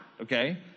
okay